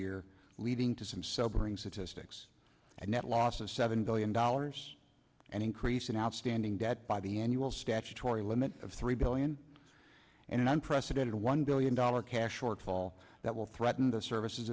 year leading to some sobering statistics and net loss of seven billion dollars an increase in outstanding debt by the annual statutory limit of three billion and an unprecedented one billion dollars cash or call that will threaten the service